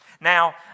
now